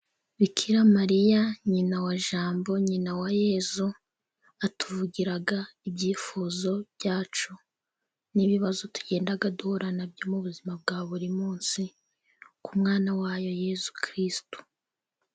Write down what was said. Bikira Mariya nyina wa Jambo, nyina wa Yezu, atuvugira ibyifuzo byacu, n'ibibazo tugenda duhura nabyo mu buzima bwa buri munsi, ku mwana wayo Yezu Kristu.